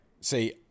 See